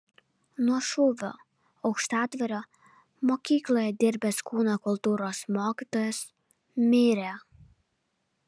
nuo šūvio aukštadvario mokykloje dirbęs kūno kultūros mokytojas mirė